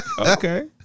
Okay